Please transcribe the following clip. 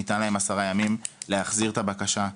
ניתנו להם עשרה ימים להחזיר את הבקשה.